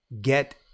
get